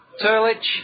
Turlich